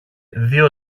δυο